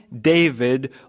David